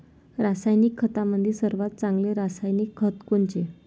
रासायनिक खतामंदी सर्वात चांगले रासायनिक खत कोनचे?